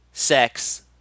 Sex